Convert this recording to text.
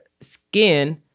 skin